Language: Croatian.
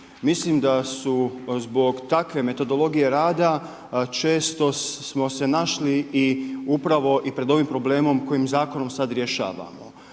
Mislim da su zbog takve metodologije rada često smo se našli upravo i pred ovim problemom kojim zakonom sada rješavamo,